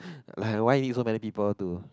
like why need so many people to